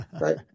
Right